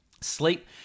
sleep